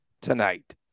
tonight